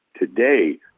today